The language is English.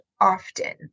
often